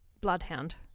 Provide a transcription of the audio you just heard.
bloodhound